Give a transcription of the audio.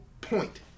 point